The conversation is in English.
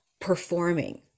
performing